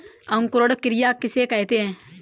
अंकुरण क्रिया किसे कहते हैं?